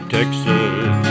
Texas